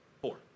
Four